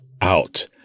out